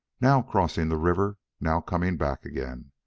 now crossing the river, now coming back again,